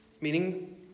Meaning